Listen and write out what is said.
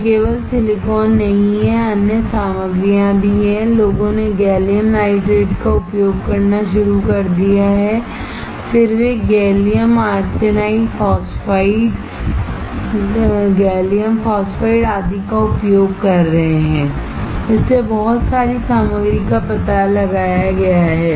यह केवल सिलिकॉन नहीं है अन्य सामग्रियां भी हैं लोगों ने गैलियम नाइट्रेट का उपयोग करना शुरू कर दिया है फिर वे gallium GaAsP gallium arsenide phosphide GaP gallium phosphide आदि का उपयोग कर रहे हैं इसलिए बहुत सारी सामग्री का पता लगाया गया है